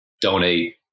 donate